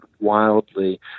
wildly